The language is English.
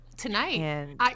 Tonight